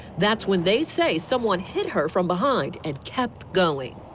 that's when they say someone hit her from behind and kept going.